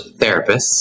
therapists